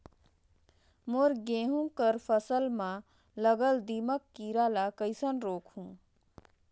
मोर गहूं कर फसल म लगल दीमक कीरा ला कइसन रोकहू?